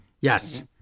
Yes